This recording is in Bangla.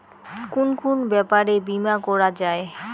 কুন কুন ব্যাপারে বীমা করা যায়?